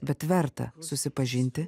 bet verta susipažinti